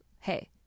hey